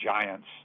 giants